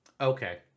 okay